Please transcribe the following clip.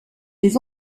des